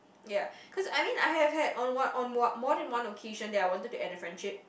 ya cause I mean I have had on what on what more than one occasion that I wanted to end a friendship